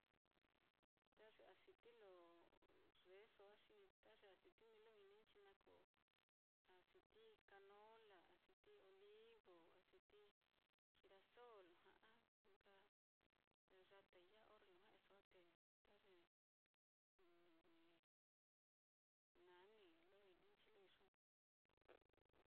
Ta ye aciti lo yeeso á, xi ta ye aciti lo ini ní nchi naá kuu, aciti canola, aciti olivo, aciti girasol, ja'a nka yatai ya á orre lo o á, te ta ye livi nani lo ininchi lo iyo naá.